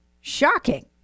shocking